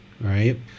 right